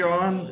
on